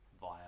via